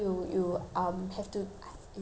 instead of trying to go through worksheets